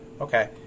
Okay